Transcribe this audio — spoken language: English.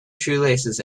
shoelaces